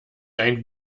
ein